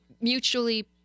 mutually